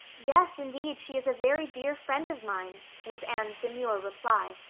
yes, indeed, she is a very dear friend of mine, was anne's demure reply,